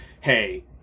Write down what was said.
hey